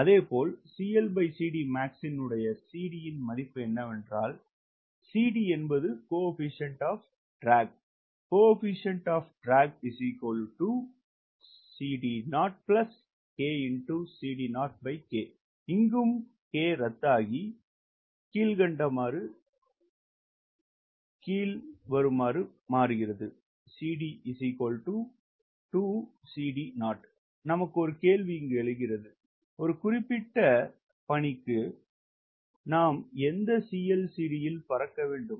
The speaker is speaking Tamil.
அதேபோல் இன் உடைய CD இன் மதிப்பு என்னவென்றால் எனவே இந்த K ரத்துசெய்கிறது மேலும் மேற்கண்ட சமன்பாடு பின்வருமாறு மாறுகிறது நமக்கு ஒரு கேள்வி எழுகிறது ஒரு குறிப்பிட்ட பணிக்கு நாம் எந்த CLCD இல் பறக்க வேண்டும்